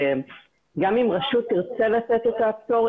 גם אם רשות תרצה לתת את הפטור,